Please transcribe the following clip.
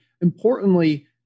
importantly